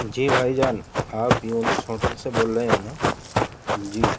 جی بھائی جان آپ یونس ہوٹل سے بول رہے ہیں نا جی